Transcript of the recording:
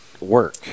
work